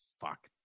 fuck